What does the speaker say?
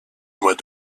mois